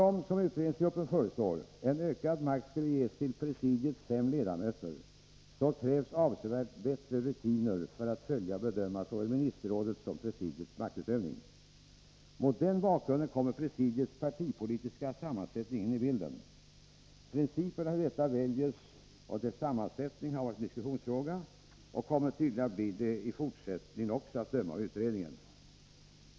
Om, som utredningsgruppen föreslår, en ökad makt skall ges till presidiets fem ledamöter, krävs nämligen avsevärt bättre rutiner för att följa och bedöma såväl ministerrådets som presidiets maktutövning. Mot den bakgrunden kommer presidiets partipolitiska sammansättning in i bilden. Principerna för hur presidiet väljs och för dess sammansättning har varit en diskussionsfråga — och kommer tydligen att bli det även i fortsättningen, att döma av utredningen.